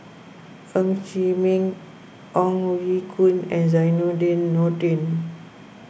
Ng Chee Meng Ong Ye Kung and Zainudin Nordin